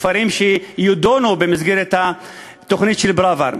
כפרים שיידונו במסגרת התוכנית של פראוור.